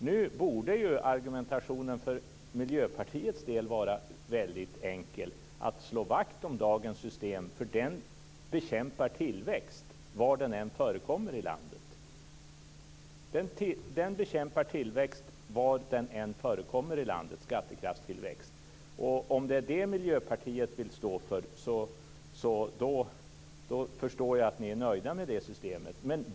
Nu borde argumentationen för Miljöpartiets del vara väldigt enkel - det handlar alltså om att slå vakt om dagens system, för tillväxten bekämpas var i landet det än är. Om det är vad Miljöpartiet vill stå för förstår jag att ni är nöjda med det systemet.